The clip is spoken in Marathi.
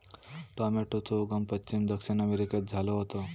टॉमेटोचो उगम पश्चिम दक्षिण अमेरिकेत झालो होतो